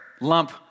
lump